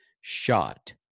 shot